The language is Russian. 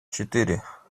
четыре